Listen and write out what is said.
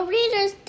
Readers